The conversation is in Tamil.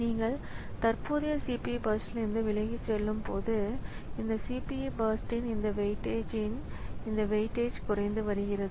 நீங்கள் தற்போதைய CPU பர்ஸ்ட்லிருந்து விலகிச் செல்லும்போது அந்த CPU பர்ஸ்ட்இன் இந்த வெயிட்டேஜ்இன் வெயிட் ஏஜ் குறைந்து வருகிறது